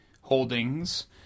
holdings